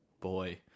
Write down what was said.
Boy